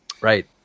right